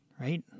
right